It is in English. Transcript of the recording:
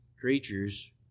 creatures